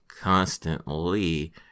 constantly